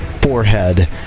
forehead